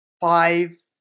five